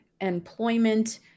employment